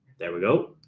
there we go.